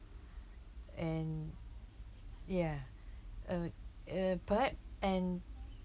and ya uh uh perhaps and